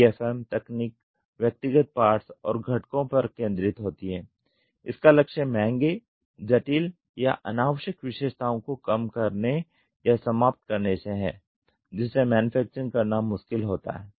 DFM तकनीक व्यक्तिगत parts और घटकों पर केंद्रित होती है इसका लक्ष्य महंगे जटिल या अनावश्यक विशेषताओं को कम करने या समाप्त करने से हैं जिनसे मैन्युफैक्चरिंग करना मुश्किल होता जाता है